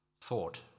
thought